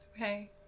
Okay